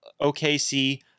OKC